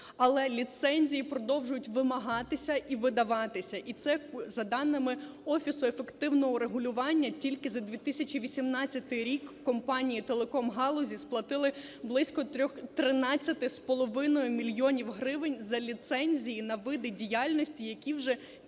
але ліцензії продовжують вимагатися і видаватися. І це за даними Офісу ефективного регулювання, тільки за 2018 рік компанії телекомгалузі сплатили близько 13,5 мільйонів гривень за ліцензії на види діяльності, які вже такої